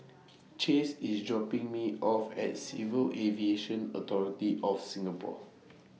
Chase IS dropping Me off At Civil Aviation Authority of Singapore